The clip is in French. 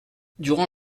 durant